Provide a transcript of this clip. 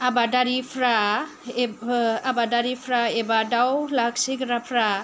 आबादारिफ्रा एबा दाउ लाखिग्राफ्रा